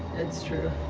it's true.